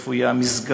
איפה יהיה המסגד,